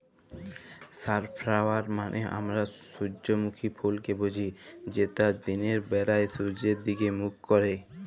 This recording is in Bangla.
সালফ্লাওয়ার মালে আমরা সূজ্জমুখী ফুলকে বুঝি যেট দিলের ব্যালায় সূয্যের দিগে মুখ ক্যারে